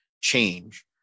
change